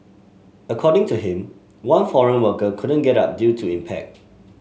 according to him one foreign worker couldn't get up due to the impact